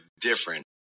different